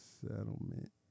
settlement